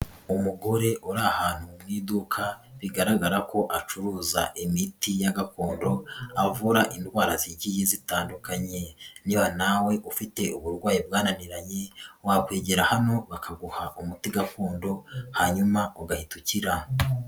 Umugore uri ahantu mu iduka, bigaragara ko acuruza imiti ya gakondo, avura indwara zigiye zitandukanye, niba nawe ufite uburwayi bwananiranye, wakwegera hano bakaguha umuti gakondo, hanyuma ugahita ukira.